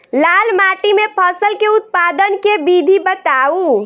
लाल माटि मे फसल केँ उत्पादन केँ विधि बताऊ?